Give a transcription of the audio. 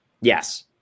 Yes